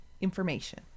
information